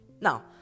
Now